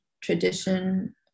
tradition